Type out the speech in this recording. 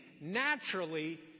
naturally